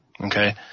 Okay